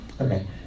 Okay